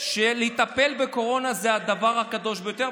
שלטפל בקורונה זה הדבר הקדוש ביותר,